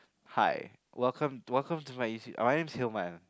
hi welcome welcome to my YouTube oh my name's Hilman